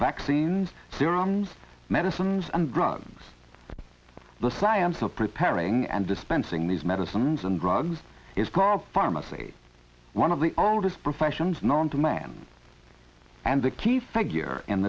vaccines their arms medicines and drugs the science of preparing and dispensing these medicines and drugs is called pharmacy one of the oldest professions known to man and the key figure in